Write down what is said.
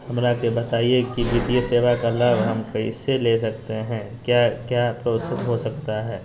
हमरा के बताइए की वित्तीय सेवा का लाभ हम कैसे ले सकते हैं क्या क्या प्रोसेस हो सकता है?